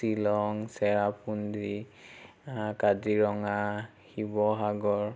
Shillong Cherrapunji Kaziranga Sivasagar